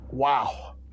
Wow